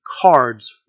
cards